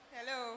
Hello